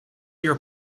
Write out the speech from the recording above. your